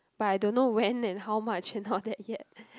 but I don't know when and how much and all that yet